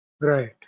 right